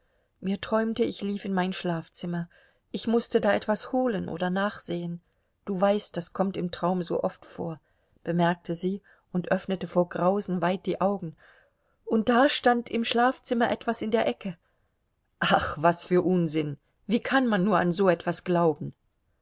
mir träumte ich lief in mein schlafzimmer ich mußte da etwas holen oder nachsehen du weißt das kommt im traum so oft vor bemerkte sie und öffnete vor grausen weit die augen und da stand im schlafzimmer etwas in der ecke ach was für unsinn wie kann man nur an so etwas glauben